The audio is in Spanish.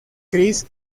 chris